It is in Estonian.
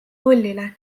nullile